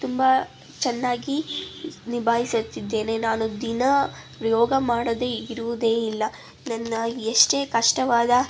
ತುಂಬ ಚೆನ್ನಾಗಿ ನಿಭಾಯಿಸುತ್ತಿದ್ದೇನೆ ನಾನು ದಿನಾ ಯೋಗ ಮಾಡದೆ ಇರುವುದೇ ಇಲ್ಲ ನನ್ನ ಎಷ್ಟೇ ಕಷ್ಟವಾದ